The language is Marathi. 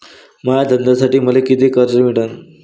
माया धंद्यासाठी मले कितीक कर्ज मिळनं?